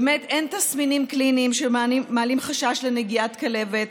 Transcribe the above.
באמת אין תסמינים קליניים שמעלים חשש לנגיעת כלבת,